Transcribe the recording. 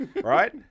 right